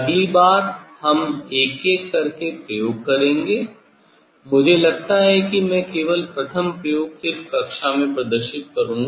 अगली बार हम एक एक करके प्रयोग करेंगे मुझे लगता है कि मैं केवल प्रथम प्रयोग सिर्फ कक्षा में प्रदर्शित करूँगा